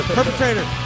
Perpetrator